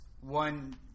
one